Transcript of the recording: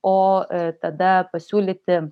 o tada pasiūlyti